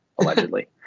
allegedly